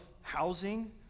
housing